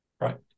right